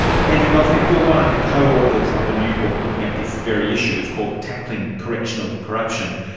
andrew goldsmith, you are one of the co-authors of a new book looking at this very issue, it's called tackling correctional corruption.